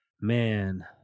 Man